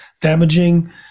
damaging